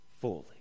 fully